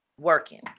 Working